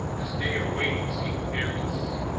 this day of waiting seemed endless.